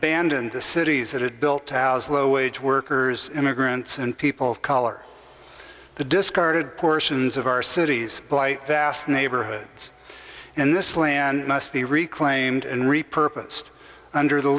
abroad and abandon the cities that had built housed low wage workers immigrants and people of color the discarded portions of our cities blight vast neighborhoods and this land must be reclaimed and repurposed under the